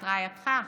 את רעייתך,